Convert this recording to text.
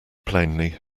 plainly